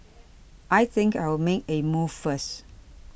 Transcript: I think I'll make a move first